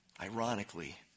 ironically